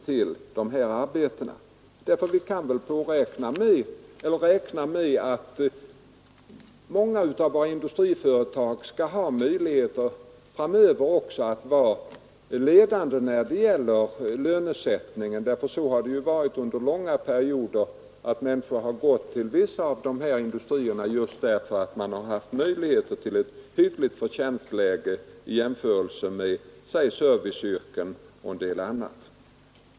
Vi kan därför räkna med att många av våra industriföretag framdeles också skall ha möjligheter att vara ledande när det gäller lönesättningen. Det har ju under långa perioder förhållit sig så att människorna gått till vissa av dessa industrier just därför att de har fått hyggliga inkomster i jämförelse med, låt mig säga serviceyrken och en del annat.